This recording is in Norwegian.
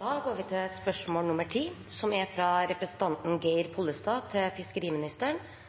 Det var hyggeleg at fiskeriministeren fann tid i kalenderen til å svara på følgjande spørsmål: «Fiskeriministeren er